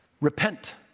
repent